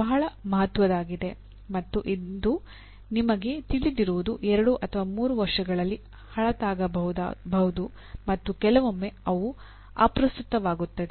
ಬಹಳ ಮಹತ್ವದ್ದಾಗಿದೆ ಮತ್ತು ಇಂದು ನಿಮಗೆ ತಿಳಿದಿರುವುದು ಎರಡು ಅಥವಾ ಮೂರು ವರ್ಷಗಳಲ್ಲಿ ಹಳತಾಗಬಹುದು ಮತ್ತು ಕೆಲವೊಮ್ಮೆ ಅವು ಅಪ್ರಸ್ತುತವಾಗುತ್ತದೆ